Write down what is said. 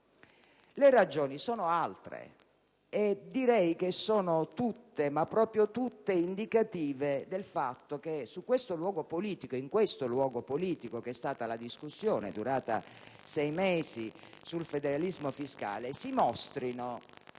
Le ragioni sono altre e direi che sono tutte, ma proprio tutte, indicative del fatto che in questo luogo politico, che è stata la discussione durata sei mesi sul federalismo fiscale, si mostrino